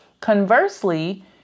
Conversely